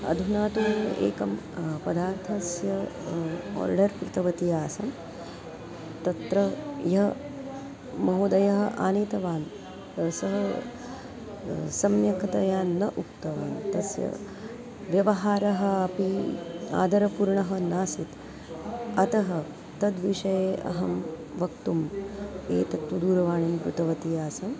अधुना तु एकं पदार्थस्य आर्डर् कृतवती आसं तत्र यः महोदयः आनीतवान् सः सम्यक्तया न उक्तवान् तस्य व्यवहारः अपि आदरपूर्णः नासीत् अतः तद्विषये अहं वक्तुम् एतत्तु दूरवाणीं कृतवती आसम्